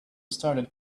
started